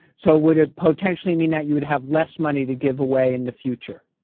so would it potentially mean that you would have less money to give away in the future?